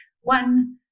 one